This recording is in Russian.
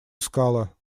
искала